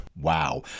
Wow